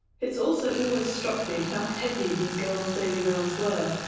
it's also always struck me how heavy these girls' daily rounds were,